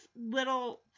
little